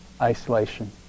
isolation